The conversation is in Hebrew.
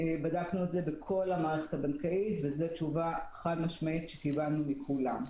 בדקנו את זה בכל המערכת הבנקאית וזו תשובה חד משמעית שקיבלנו מכולם.